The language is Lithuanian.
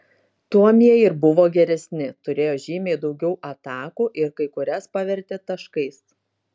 tuom jie ir buvo geresni turėjo žymiai daugiau atakų ir kai kurias pavertė taškais